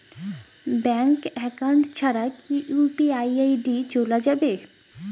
Bank account ছাড়া কি UPI ID চোলা যাবে?